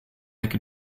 make